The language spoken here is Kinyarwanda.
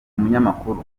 umunyamakuru